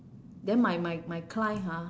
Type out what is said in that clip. then my my my client ha